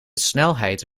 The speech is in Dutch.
snelheid